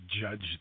judge